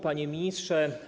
Panie Ministrze!